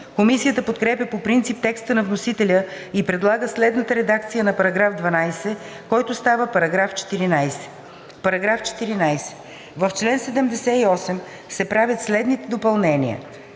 Комисията подкрепя по принцип текста на вносителя и предлага следната редакция на § 12, който става § 14: „§ 14. В чл. 78 се правят следните допълнения: